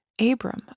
Abram